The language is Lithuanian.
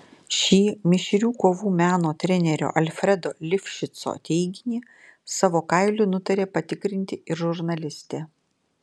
šį mišrių kovų menų trenerio alfredo lifšico teiginį savo kailiu nutarė patikrinti ir žurnalistė